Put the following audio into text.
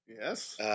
Yes